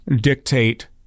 dictate